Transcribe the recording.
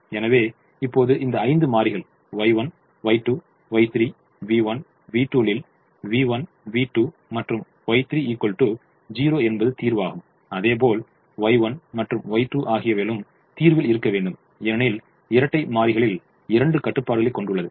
எனவே இப்போது இந்த ஐந்து மாறிகள் Y1 Y2 Y3 v1 v2 லில் v1 v2 மற்றும் Y3 0 என்பது தீர்வாகும் அதுபோல் Y1 மற்றும் Y2 ஆகியவைளும் தீர்வில் இருக்க வேண்டும் ஏனெனில் இரட்டைமாறிகளில் இரண்டு கட்டுப்பாடுகளைக் கொண்டுள்ளது